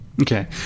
Okay